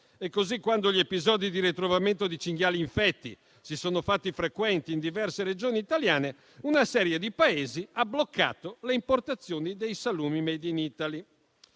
Così, quando gli episodi di ritrovamento di cinghiali infetti si sono fatti frequenti in diverse regioni italiane, una serie di Paesi ha bloccato le importazioni dei salumi *made in Italy.*